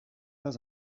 pas